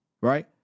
Right